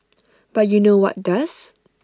but you know what does